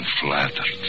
flattered